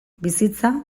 bizitza